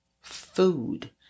food